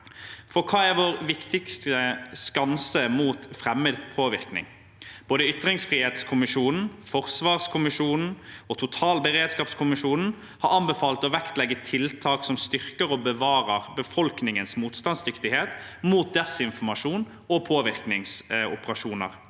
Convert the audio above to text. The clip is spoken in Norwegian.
Hva er vår viktigste skanse mot fremmed påvirkning? Både ytringsfrihetskommisjonen, forsvarskommisjonen og totalberedskapskommisjonen har anbefalt å vektlegge tiltak som styrker og bevarer befolkningens motstandsdyktighet mot desinformasjon og påvirkningsoperasjoner,